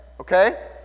Okay